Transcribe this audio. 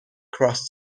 cross